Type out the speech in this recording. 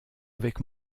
avec